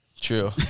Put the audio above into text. True